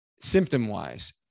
symptom-wise